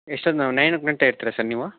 ಎಷ್ಟೊತ್ತು ನಾವು ನೈನೂ ಗಂಟೆ ಇರ್ತೀರಾ ಸರ್ ನೀವು